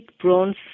bronze